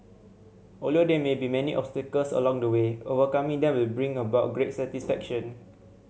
although there may be many obstacles along the way overcoming them will bring about great satisfaction